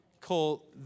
Cole